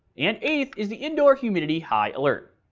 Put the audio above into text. and eighth, is the indoor humidity high alert.